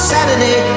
Saturday